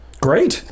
Great